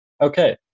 Okay